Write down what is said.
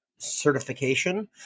certification